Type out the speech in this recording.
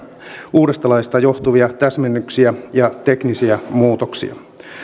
uudesta laista johtuvia täsmennyksiä ja teknisiä muutoksia